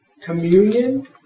communion